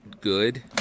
good